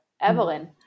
Evelyn